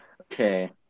Okay